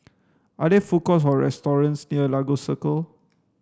are there food courts or restaurants near Lagos Circle